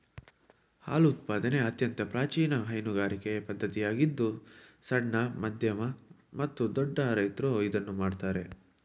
ಹಾಲು ಉತ್ಪಾದನೆ ಅತ್ಯಂತ ಪ್ರಾಚೀನ ಹೈನುಗಾರಿಕೆ ಪದ್ಧತಿಯಾಗಿದ್ದು ಸಣ್ಣ, ಮಧ್ಯಮ ಮತ್ತು ದೊಡ್ಡ ರೈತ್ರು ಇದನ್ನು ಮಾಡ್ತರೆ